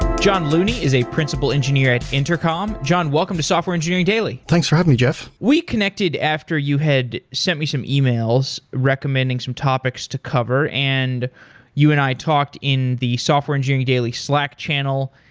john looney is a principal engineer at intercom. john, welcome to software engineering daily. thanks for having me, jeff. we connected after you had sent me some emails recommending some topics to cover and you and i talked in the software engineering daily slack channel,